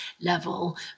level